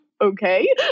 Okay